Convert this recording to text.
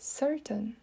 certain